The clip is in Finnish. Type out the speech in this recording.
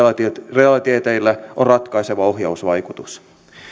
realiteeteilla on ratkaiseva ohjausvaikutus